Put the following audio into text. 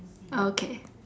okay